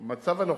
במצב הנוכחי,